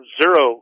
zero